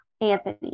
Anthony